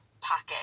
Pocket